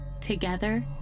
Together